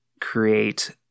create